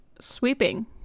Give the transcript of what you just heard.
sweeping